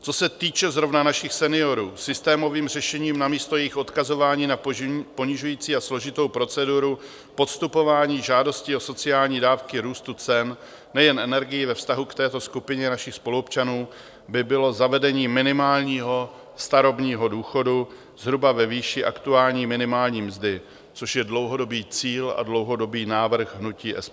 Co se týče zrovna našich seniorů, systémovým řešením namísto jejich odkazování na ponižující a složitou proceduru podstupování žádosti o sociální dávky růstu cen nejen energií ve vztahu k této skupině našich spoluobčanů by bylo zavedení minimálního starobního důchodu zhruba ve výši aktuální minimální mzdy, což je dlouhodobý cíl a dlouhodobý návrh hnutí SPD.